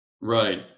Right